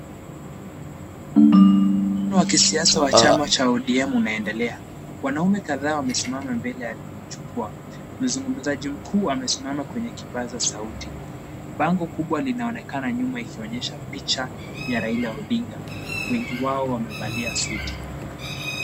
Mkutano wa kisiasa wa chama cha ODM unaendelea, wanaume kadhaa wamesimama mbele ya jukwaa, mzungumzaji mkuu amesimama kwenye kipaza sauti, bango kubwa linaonekana nyuma ikionyesha picha ya Raila Odinga, wengi wao wamevalia suti.